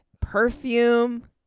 Perfume